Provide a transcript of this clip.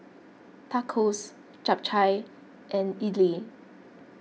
Tacos Japchae and Idili